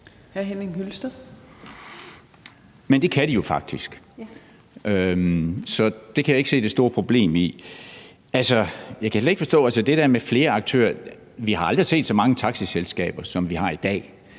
Men det kan de jo faktisk, så det kan jeg ikke se det store problem i. Det der med flere aktører kan jeg ikke forstå, for vi har aldrig set så mange taxaselskaber, som vi ser i dag,